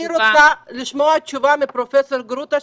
אני רוצה לשמוע תשובה מפרופ' גרוטו,